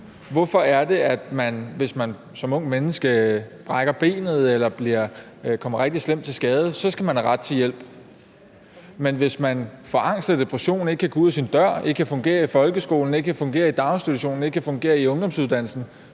hvorfor det er, at man, hvis man som ungt menneske brækker benet eller kommer rigtig slemt til skade, så skal have ret til hjælp, men hvis man får angst eller depression og ikke kan gå ud af sin dør, ikke kan fungere i folkeskolen, ikke kan fungere i daginstitutionen eller ikke kan fungere på ungdomsuddannelsen,